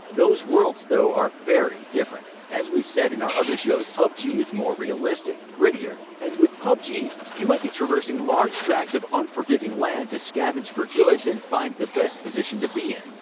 those worlds, though, are very different. as we've said in other shows, pubg is more realistic, grittier, and with pubg you might be traversing large tracts of unforgiving land to scavenge for goods and find the best position to be in.